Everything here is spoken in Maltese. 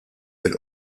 fil